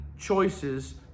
choices